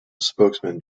spokesman